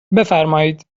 بفرمایید